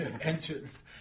entrance